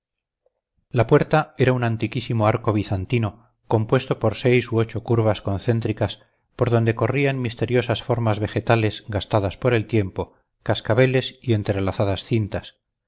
la puerta era un antiquísimo arco bizantino compuesto por seis u ocho curvas concéntricas por donde corrían misteriosas formas vegetales gastadas por el tiempo cascabeles y entrelazadas cintas